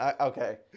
Okay